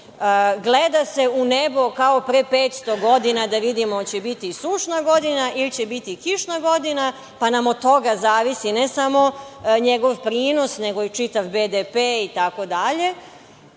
Gleda se u nebo kao pre 500 godina da vidimo hoće biti sušna godina ili će biti kišna godina, pa nam od toga zavisi, ne samo njegov prinos, nego i čitav BDP itd. Ovde je